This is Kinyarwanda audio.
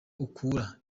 ukura